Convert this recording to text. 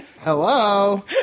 Hello